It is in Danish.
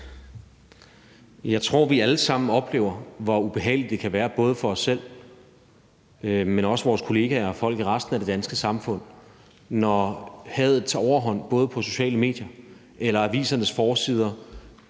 Jeg tror, vi alle sammen oplever, hvor ubehageligt det kan være for både os selv, men også vores kollegaer og folk i resten af det danske samfund, når hadet tager overhånd på de sociale medier eller avisernes forsider